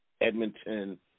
Edmonton